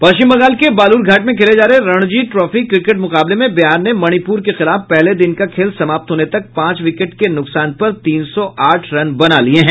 पश्चिम बंगाल के बालुर घाट में खेले जा रहे रणजी ट्रॉफी क्रिकेट मुकाबले में बिहार ने मणिपुर के खिलाफ पहले दिन का खेल समाप्त होने तक पांच विकेट के नुकसान पर तीन सौ आठ रन बना लिये हैं